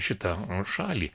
šitą šalį